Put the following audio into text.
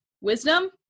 wisdom